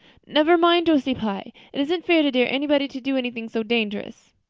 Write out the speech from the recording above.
never mind josie pye. it isn't fair to dare anybody to do anything so dangerous.